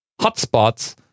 hotspots